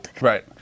Right